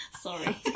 Sorry